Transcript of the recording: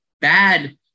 bad